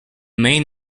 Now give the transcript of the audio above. main